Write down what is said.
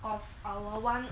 of our [one]